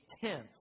tenth